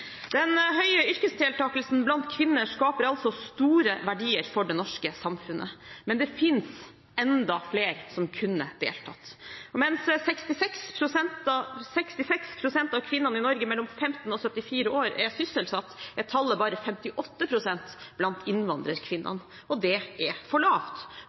Den høye yrkesdeltakelsen blant kvinner skaper altså store verdier for det norske samfunnet, men det finnes enda flere som kunne ha deltatt. Mens 66 pst. av kvinnene i Norge mellom 15 og 74 år er sysselsatt, er tallet bare 58 pst. blant innvandrerkvinnene, og det er for lavt,